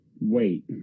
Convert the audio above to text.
Wait